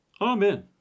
Amen